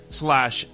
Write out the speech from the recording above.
slash